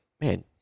man